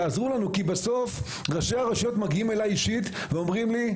תעזרו לנו כי בסוף ראשי הרשויות מגיעים אליי אישית ואומרים לי,